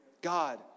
God